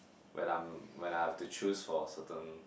when I'm when I've to choose for certain